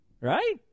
Right